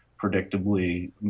predictably